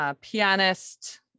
pianist